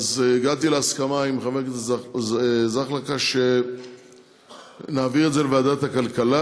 הגעתי להסכמה עם חבר הכנסת זַאחלַקֶה שנעביר את זה לוועדת הכלכלה,